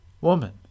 Woman